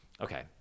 okay